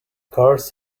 cars